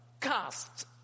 cast